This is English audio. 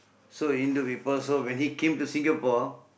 so Hindu people so when he came to Singapore